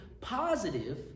positive